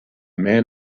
man